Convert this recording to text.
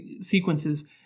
sequences